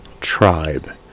tribe